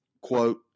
quote